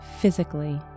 physically